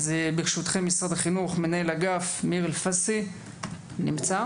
ברשותכם, משרד החינוך, מנהל אגף, מאיר אלפסי נמצא?